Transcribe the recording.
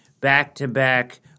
back-to-back